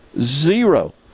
zero